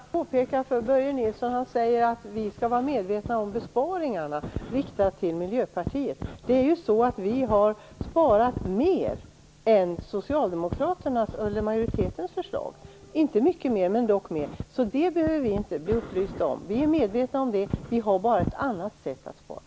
Fru talman! Jag skall bara påpeka en sak för Börje Nilsson. Han riktar sig till oss i Miljöpartiet och säger att vi skall vara medvetna om besparingarna. Vårt förslag innebär att man sparar mer - inte mycket mer, men dock mer - än vad Socialdemokraternas och majoritetens förslag innebär. Vi behöver inte bli upplysta om detta. Vi är medvetna om det - vi har bara ett annat sätt att spara.